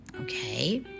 Okay